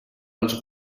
els